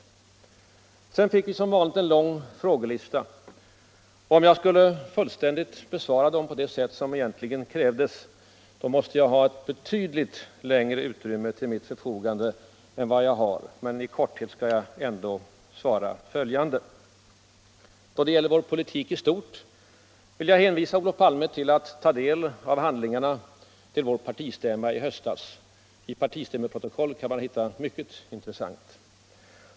Sedan fick vi som vanligt en lång frågelista. Om jag skulle besvara frågorna fullständigt, så måste jag ha betydligt längre tid till mitt förfogande än vad jag har. Men i korthet skall jag ändå svara följande. Då det gäller vår politik i stort vill jag hänvisa Olof Palme till att ta del av handlingarna till vår partistämma i höstas. I partistämmoprotokollet kan man hitta mycket intressant.